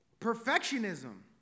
Perfectionism